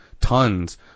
tons